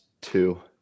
two